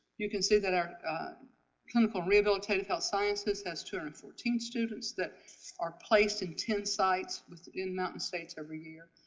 you can see that our clinical rehabilitative health sciences has two hundred and fourteen students that are placed in ten sites within mountain states every year.